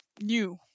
new